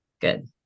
Good